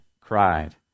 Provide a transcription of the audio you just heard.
cried